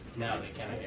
now they can, i